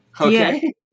Okay